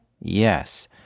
yes